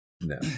No